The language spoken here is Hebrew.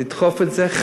לדחוף את זה.